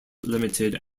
limited